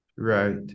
right